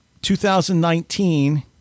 2019